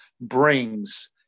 brings